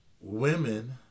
women